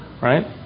right